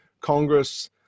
Congress